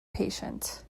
patient